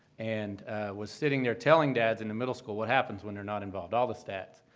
and was sitting there telling dads in the middle school what happens when they're not involved, all the stats,